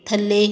ਥੱਲੇ